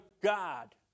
God